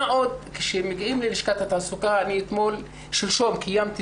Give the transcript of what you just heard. מה עוד שכאשר מגיעים ללשכת התעסוקה שלשום קיימתי